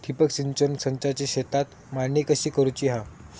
ठिबक सिंचन संचाची शेतात मांडणी कशी करुची हा?